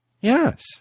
Yes